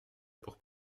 pour